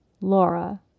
Laura